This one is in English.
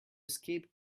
escape